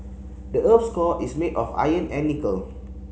the earth's core is made of iron and nickel